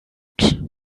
abend